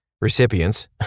recipients